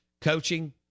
Coaching